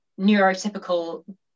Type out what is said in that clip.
neurotypical